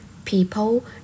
People